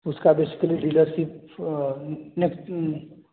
उसका कुछ तो भी डीलरशिप नहीं